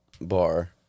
bar